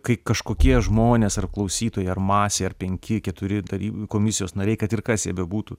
kai kažkokie žmonės ar klausytojai ar masė ar penki keturi dalyv komisijos nariai kad ir kas jie bebūtų